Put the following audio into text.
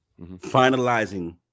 finalizing